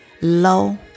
low